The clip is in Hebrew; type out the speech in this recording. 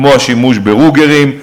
כמו השימוש ב"רוגרים",